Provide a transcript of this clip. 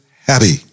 happy